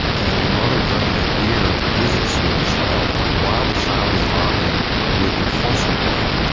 and the mother during that year visits with the child while the child is bonding with the foster parent.